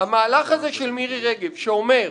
המהלך הזה של מירי רגב, שאומר: